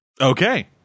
Okay